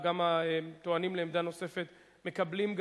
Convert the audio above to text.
וגם הטוענים לעמדה נוספת מקבלים.